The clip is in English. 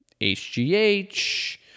HGH